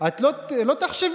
לא משנה